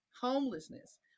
Homelessness